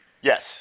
Yes